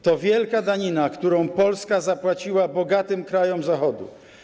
To wielka danina, którą Polska zapłaciła bogatym krajom Zachodu.